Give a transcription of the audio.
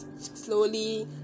slowly